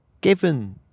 Given